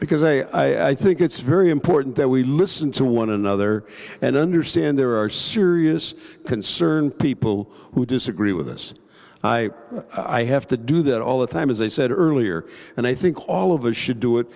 because i think it's very important that we listen to one another and understand there are serious concern people who disagree with us i i have to do that all the time as i said earlier and i think all of that should do